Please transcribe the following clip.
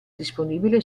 disponibile